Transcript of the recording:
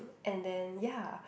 and then ya